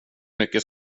mycket